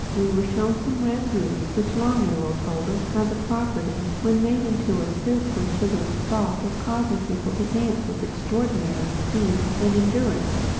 we were shown some red roots which long arrow told us had the property, when made into a soup with sugar and salt, of causing people to dance with extraordinary speed and endurance.